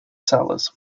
sellers